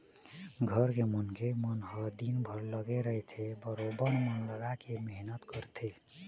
घर के मनखे मन ह दिनभर लगे रहिथे बरोबर मन लगाके मेहनत करथे